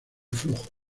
flujo